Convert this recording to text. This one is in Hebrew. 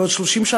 בעוד 30 שנה,